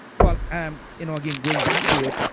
well um in like in going back to it,